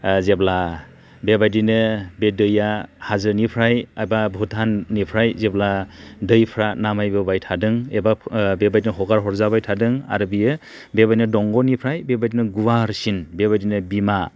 जेब्ला बेबायदिनो बे दैआ हाजोनिराय एबा भुटाननिफ्राय जेब्ला दैफ्रा नामायबोबाय थादों एबा बेबायदिनो हगारहरजाबाय थादों आरो बियो बेबायदिनो दंग'निफ्राय बेबायदिनो गुवारसिन बेबायदिनो बिमा